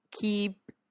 keep